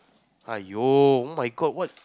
aiyo oh-my-God what